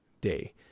day